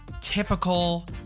typical